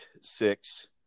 six –